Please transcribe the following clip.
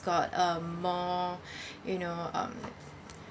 got a more you know um